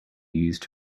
used